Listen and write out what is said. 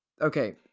Okay